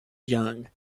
young